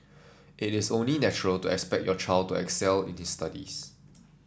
it is only natural to expect your child to excel it studies